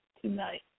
tonight